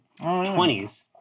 20s